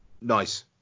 Nice